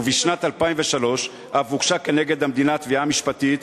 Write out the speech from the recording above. ובשנת 2003 אף הוגשה כנגד המדינה תביעה משפטית,